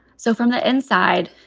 so from the inside.